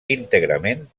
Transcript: íntegrament